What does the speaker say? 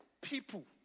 people